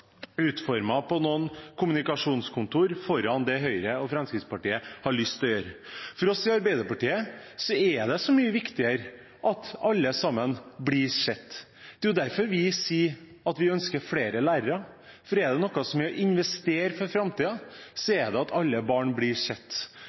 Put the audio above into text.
utformet på noen kommunikasjonskontorer mer enn om det Høyre og Fremskrittspartiet har lyst til å gjøre. For oss i Arbeiderpartiet er det så mye viktigere at alle sammen blir sett. Det er derfor vi sier at vi ønsker flere lærere, for er det noe som det er verdt å investere i for